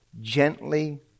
gently